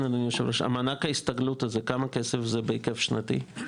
מענק ההסתגלות הזה - כמה כסף זה בהיקף שנתי?